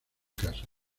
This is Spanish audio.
casa